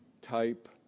type